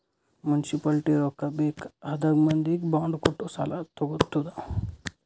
municipality ರೊಕ್ಕಾ ಬೇಕ್ ಆದಾಗ್ ಮಂದಿಗ್ ಬಾಂಡ್ ಕೊಟ್ಟು ಸಾಲಾ ತಗೊತ್ತುದ್